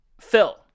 Phil